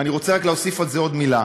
ואני רוצה רק להוסיף על זה עוד מילה.